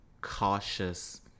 cautious